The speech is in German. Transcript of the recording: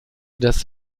des